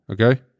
okay